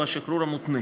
הוא השחרור המותנה.